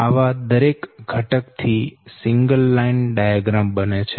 આવા દરેક ઘટક થી સિંગલ લાઈન ડાયાગ્રામ બને છે